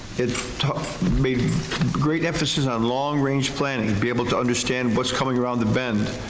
it made great emphasis on long range planning, and be able to understand what's coming around the bend.